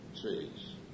trees